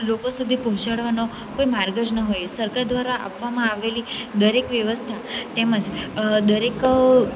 લોકો સુધી પહોંચાડવાનો કોઈ માર્ગ જ ન હોય સરકાર દ્વારા આપવામાં આવેલી દરેક વ્યવસ્થા તેમજ દરેક